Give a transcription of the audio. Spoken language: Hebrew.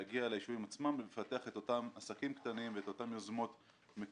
ליישובים עצמם ולפתח את אותם עסקים קטנים ואת אותן יוזמות מקומיות.